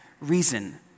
reason